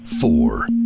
four